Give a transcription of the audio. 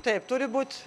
taip turi būt